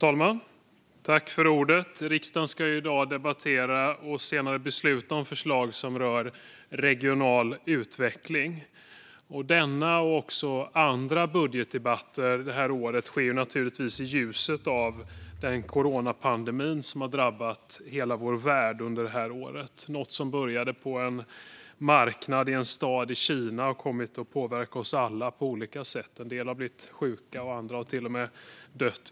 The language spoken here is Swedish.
Fru talman! Riksdagen ska nu debattera och senare besluta om förslag som rör regional utveckling. Denna och andra budgetdebatter det här året sker naturligtvis i ljuset av den coronapandemi som har drabbat hela vår värld. Något som började på en marknad i en stad i Kina har kommit att påverka oss alla på olika sätt. En del har blivit sjuka. Andra har till och med dött.